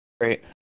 great